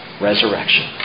Resurrection